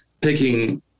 picking